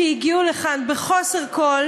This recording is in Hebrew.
הגיעו לכאן בחוסר כול